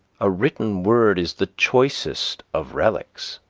a written word is the choicest of relics.